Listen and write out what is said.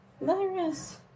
virus